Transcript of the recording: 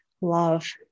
love